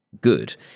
good